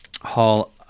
hall